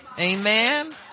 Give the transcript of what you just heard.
Amen